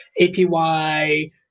APY